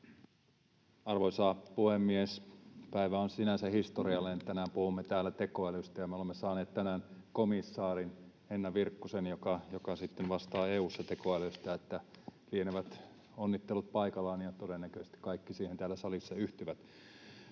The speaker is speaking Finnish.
Arvoisa puhemies! Päivä on sinänsä historiallinen, että tänään puhumme täällä tekoälystä ja me olemme saaneet tänään komissaariksi Henna Virkkusen, joka sitten vastaa EU:ssa tekoälystä. Lienevät onnittelut paikallaan, ja todennäköisesti kaikki siihen täällä salissa yhtyvät.